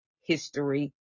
History